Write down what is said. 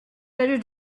better